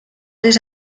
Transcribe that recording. les